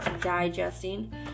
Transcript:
digesting